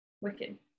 wicked